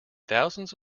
thousands